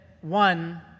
one